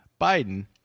Biden